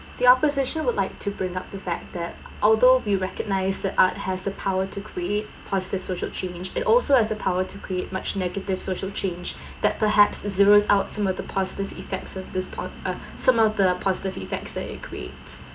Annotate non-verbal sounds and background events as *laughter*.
the opposition would like to bring up the fact that although we recognize that art has the power to create positive social change it also has the power to create much negative social change *breath* that perhaps zeros out some of the positive effect of this pon~ uh some of the positive effects that it creates